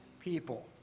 people